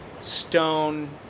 stone